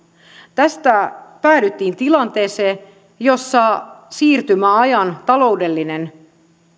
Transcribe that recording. tästä päädyttiin tilanteeseen jossa siirtymäajan taloudellinen